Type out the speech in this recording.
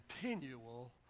continual